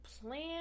plan